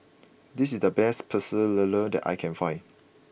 this is the best Pecel Lele that I can find